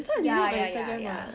ya ya ya ya